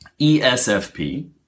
ESFP